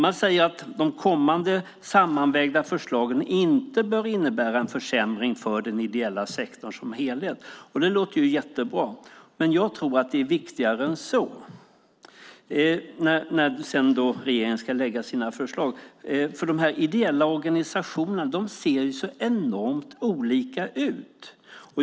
Man säger att de kommande sammanvägda förslagen inte bör innebära en försämring för den ideella sektorn som helhet. Det låter bra. Men jag tror att det är viktigare än så när regeringen sedan ska lägga fram sina förslag. Dessa ideella organisationer ser nämligen så enormt olika ut.